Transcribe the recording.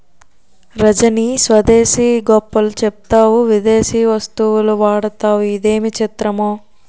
రజనీ స్వదేశీ గొప్పలు చెప్తావు విదేశీ వస్తువులు వాడతావు ఇదేమి చిత్రమో